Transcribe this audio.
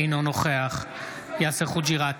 אינו נוכח יאסר חוג'יראת,